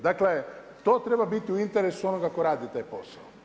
Dakle to treba biti u interesu onoga tko radi taj posao.